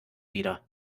wieder